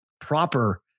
proper